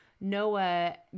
Noah